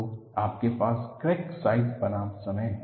तो आपके पास क्रैक साइज़ बनाम समय है